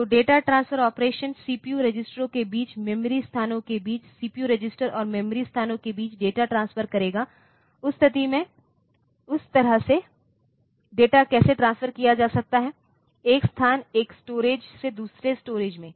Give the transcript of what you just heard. तो data transfer operation CPU रजिस्टरों के बीच मेमोरी स्थानों के बीच सीपीयू रजिस्टर और मेमोरी स्थानों के बीच डेटा ट्रांसफर करेगा उस तरह से डेटा कैसे ट्रांसफर किया जा सकता है एक स्थान एक स्टोरेज से दूसरे स्टोरेज में